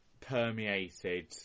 permeated